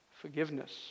forgiveness